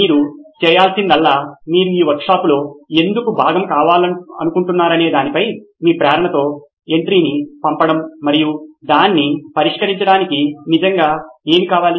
మీరు చేయాల్సిందల్లా మీరు ఈ వర్క్షాప్లో ఎందుకు భాగం కావాలనుకుంటున్నారనే దానిపై మీ ప్రేరణతో ఎంట్రీని పంపడం మరియు దాన్ని పరిష్కరించడానికి నిజంగా ఏమి కావాలి